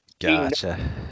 gotcha